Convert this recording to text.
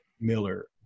miller